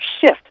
shift